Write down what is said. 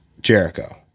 Jericho